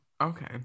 Okay